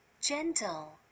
gentle